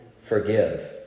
forgive